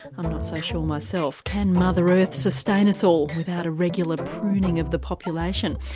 i'm not so sure myself can mother earth sustain us all without a regular pruning of the population?